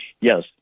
Yes